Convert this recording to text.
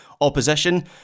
opposition